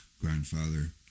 grandfather